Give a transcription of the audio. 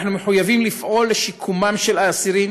אנחנו מחויבים לפעול לשיקומם של האסירים